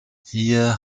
hier